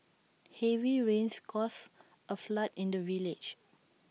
heavy rains caused A flood in the village